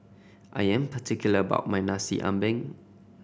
I am particular about my Nasi Ambeng